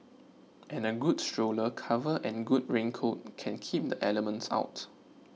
and a good stroller cover and good raincoat can keep the elements out